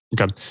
Okay